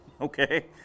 Okay